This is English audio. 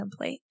template